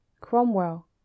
Cromwell